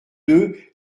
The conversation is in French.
deux